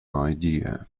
idea